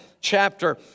chapter